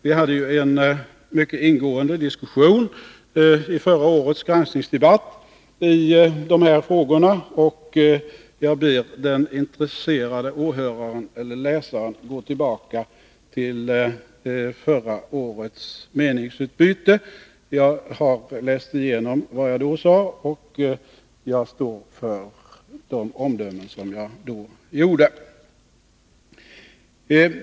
Vi hade ju en mycket ingående diskussion i de här frågorna vid förra årets granskningsdebatt, och jag ber den intresserade åhöraren eller läsaren att gå tillbaka till förra årets meningsutbyte. Jag har läst igenom vad jag då sade, och jag står för de omdömen som jag då fällde.